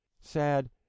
Sad